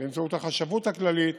באמצעות החשבות הכללית,